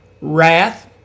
Wrath